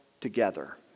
together